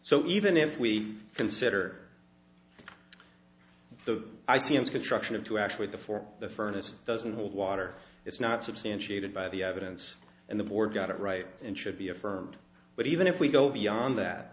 so even if we consider the i c as construction of two actually the for the furnace doesn't hold water it's not substantiated by the evidence and the board got it right and should be affirmed but even if we go beyond that